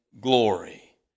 glory